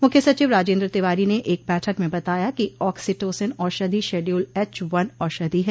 मुख्य सचिव राजेन्द्र तिवारी ने एक बैठक में बताया कि आक्सीटोसन औषधि शेडयूल एच वन औषधि है